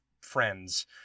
friends